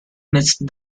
missed